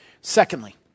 Secondly